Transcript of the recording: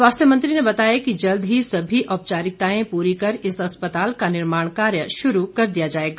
स्वास्थ्य मंत्री ने बताया कि जल्द ही सभी औपचारिकताएं पूरी कर इस अस्पताल का निर्माण कार्य शुरू की दिया जाएगा